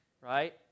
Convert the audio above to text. right